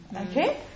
okay